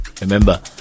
remember